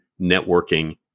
networking